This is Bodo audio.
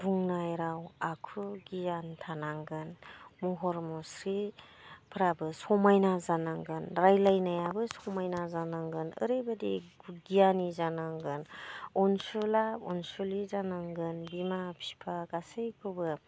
बुंनाय राव आखु गियान थानांगोन महर मुस्रिफोराबो समायना जानांगोन रायज्लायनायाबो समायना जानांगोन ओरैबायदि गियानि जानांगोन अनसुला अनसुलि जानांगोन बिमा बिफा गासैखौबो